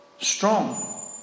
strong